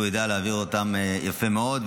הוא יודע להעביר אותן יפה מאוד,